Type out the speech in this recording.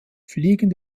fliegen